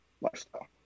lifestyle